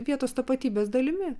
vietos tapatybės dalimi